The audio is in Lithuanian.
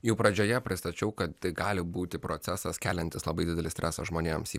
jau pradžioje pristačiau kad tai gali būti procesas keliantis labai didelį stresą žmonėms